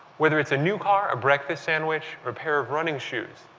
whether it's a new car, breakfast sandwich, a pair of running shoes.